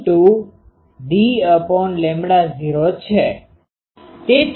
48N1d૦ છે